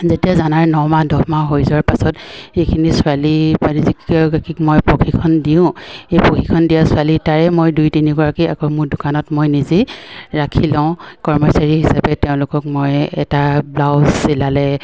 যেতিয়া জানাৰ ন মাহ দহ মাহ হৈ যোৱাৰ পাছত সেইখিনি ছোৱালী মই প্ৰশিক্ষণ দিওঁ সেই প্ৰশিক্ষণ দিয়াৰ ছোৱালী তাৰে মই দুই তিনিগৰাকী আকৌ মোৰ দোকানত মই নিজে ৰাখি লওঁ কৰ্মচাৰী হিচাপে তেওঁলোকক মই এটা ব্লাউজ চিলালে